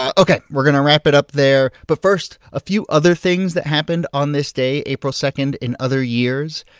ah okay. we're going to wrap it up there. but, first, a few other things that happened on this day, april second in other years.